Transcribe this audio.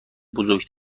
بزرگ